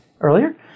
earlier